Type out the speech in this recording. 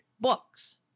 books